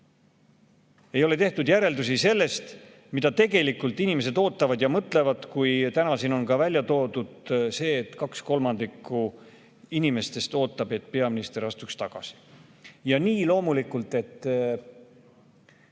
ei ole tehtud järeldusi sellest, mida tegelikult inimesed ootavad ja mõtlevad. Täna siin on välja toodud see, et kaks kolmandikku inimestest ootab, et peaminister astuks tagasi. Me praktiliselt